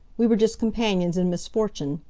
we were just companions in misfortune.